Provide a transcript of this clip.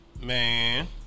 Man